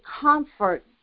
comfort